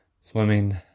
swimming